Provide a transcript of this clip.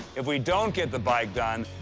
if we don't get the bike done,